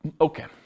Okay